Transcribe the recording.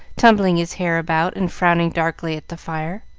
tumbling his hair about, and frowning darkly at the fire.